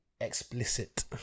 Explicit